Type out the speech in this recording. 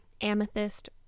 Amethyst